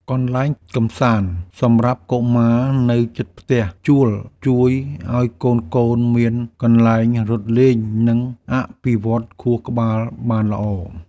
កន្លែងកម្សាន្តសម្រាប់កុមារនៅជិតផ្ទះជួលជួយឱ្យកូនៗមានកន្លែងរត់លេងនិងអភិវឌ្ឍខួរក្បាលបានល្អ។